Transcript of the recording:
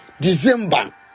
December